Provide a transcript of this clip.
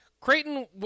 Creighton